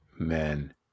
Amen